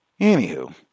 Anywho